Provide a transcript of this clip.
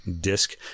disc